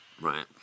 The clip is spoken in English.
Right